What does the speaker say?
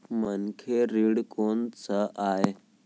मनखे ऋण कोन स आय?